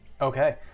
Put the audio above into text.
Okay